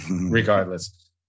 regardless